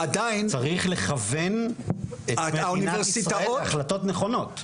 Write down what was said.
צריך לכוון את מדינת ישראל להחלטות נכונות.